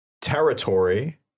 territory